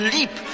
Leap